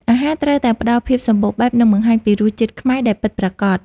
អាហារត្រូវតែផ្ដល់ភាពសម្បូរបែប និងបង្ហាញពីរសជាតិខ្មែរដែលពិតប្រាកដ។